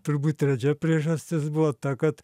turbūt trečia priežastis buvo ta kad